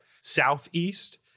Southeast